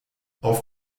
auf